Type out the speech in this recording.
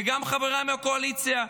וגם חבריי מהקואליציה,